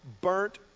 burnt